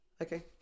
okay